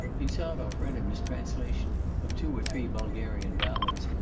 insarov read him his translation of two or three bulgarian ballads,